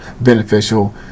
beneficial